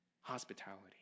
hospitality